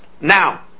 Now